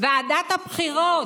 ועדת הבחירות,